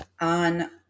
on